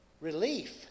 relief